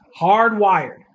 hardwired